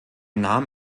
nahm